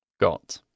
got